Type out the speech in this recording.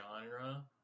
genre